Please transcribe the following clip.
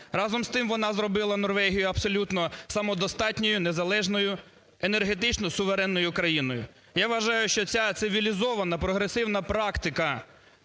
Разом з тим вона зробила Норвегію абсолютно самодостатньою, незалежною, енергетичною, суверенною країною. Я вважаю, що ця цивілізована, прогресивна практика,